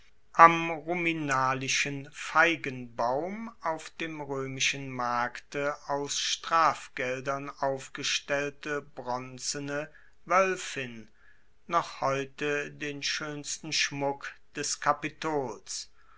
am ruminalischen feigenbaum auf dem roemischen markte aus strafgeldern aufgestellte bronzene woelfin noch heute den schoensten schmuck des kapitols